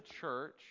church